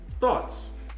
Thoughts